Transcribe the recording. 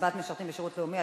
(הצבעת מתנדבים בשירות לאומי),